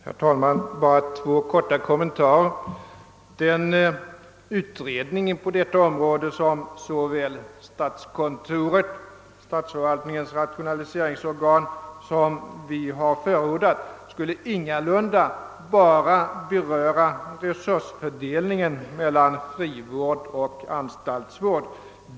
Herr talman! Bara två korta kommentarer. Den utredning på detta område som såväl statskontoret — statsförvaltningens rationaliseringsorgan — som vi motionärer har förordat skulle ingalunda bara beröra resursfördelningen mellan frivård och anstaltsvård.